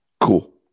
cool